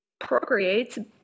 procreates